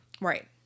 right